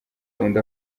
undi